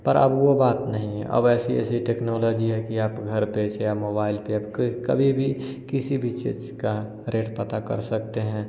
पर अब वह बात नहीं है अब ऐसी ऐसी टेक्नोलॉजी है कि आप घर पर से या मोबाइल पर या कोई कभी भी किसी भी चीज़ का रेट पता कर सकते हैं